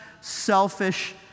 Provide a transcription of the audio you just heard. selfish